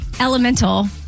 Elemental